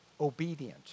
obedient